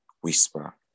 whisper